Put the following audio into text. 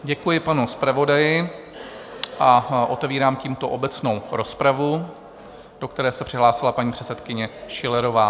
Děkuji panu zpravodaji a otevírám tímto obecnou rozpravu, do které se přihlásila paní předsedkyně Schillerová.